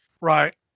right